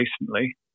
recently